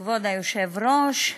כבוד היושב-ראש,